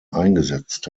eingesetzt